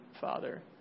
Father